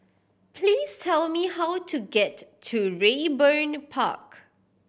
please tell me how to get to Raeburn Park